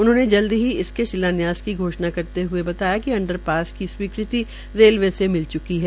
उन्होंने जल्द ही इसके शिलान्यास की घोषणा करते हुए बताया कि अंडरपास की स्वीकृति रेलवे से मिल च्की है